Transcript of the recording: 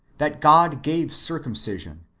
that god gave circumcision,